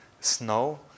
snow